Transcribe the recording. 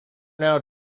now